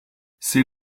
c’est